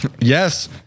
Yes